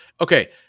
Okay